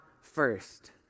first